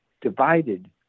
divided